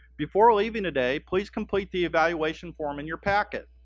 before leaving today, please complete the evaluation form in your packet.